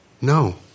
No